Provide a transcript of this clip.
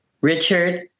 Richard